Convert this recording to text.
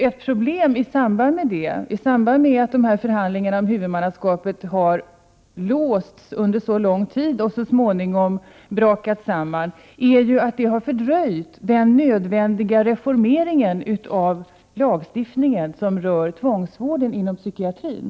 Ett problem som sammanhänger med att förhandlingarna om huvudmannaskapet har varit så låsta under så lång tid och så småningom brakat samman är dröjsmålet med den nödvändiga reformeringen av den lagstiftning som rör tvångsvården inom psykiatrin.